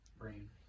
brain